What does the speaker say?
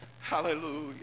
Hallelujah